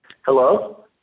Hello